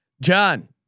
John